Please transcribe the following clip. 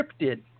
scripted